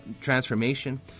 transformation